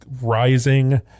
rising